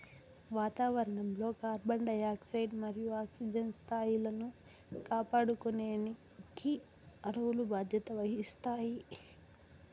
వాతావరణం లో carbon dioxide మరియు ఆక్సిజన్ స్థాయిలను కాపాడుకునేకి అడవులు బాధ్యత వహిస్తాయి